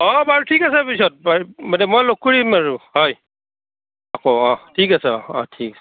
অঁ বাৰু পিছত মানে মই লগ কৰিম আৰু হয় ৰাখোঁ অঁ ঠিক আছে অঁ ঠিক আছে